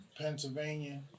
Pennsylvania